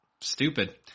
stupid